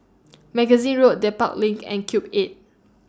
Magazine Road Dedap LINK and Cube eight